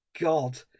God